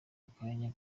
akanya